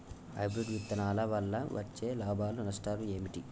Hybrid విత్తనాల వల్ల వచ్చే లాభాలు నష్టాలు ఏమిటి?